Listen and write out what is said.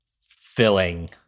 filling